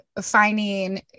finding